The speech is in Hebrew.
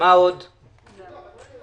אין בעיה.